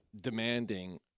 demanding